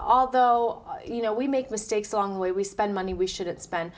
although you know we make mistakes along the way we spend money we shouldn't spen